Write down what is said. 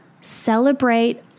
celebrate